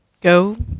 go